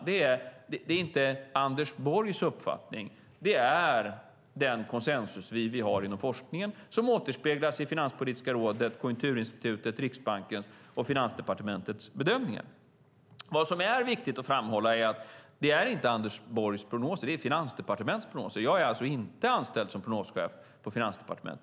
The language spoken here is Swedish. Det är inte Anders Borgs uppfattning, utan det är den konsensus som vi har inom forskningen som återspeglas i Finanspolitiska rådets, Konjunkturinstitutets, Riksbankens och Finansdepartementets bedömningar. Vad som är viktigt att framhålla är att det inte är Anders Borgs prognoser, utan det är Finansdepartementets prognoser. Jag är alltså inte anställd som prognoschef på Finansdepartementet.